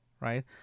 right